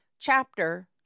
Chapter